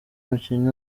umukinnyi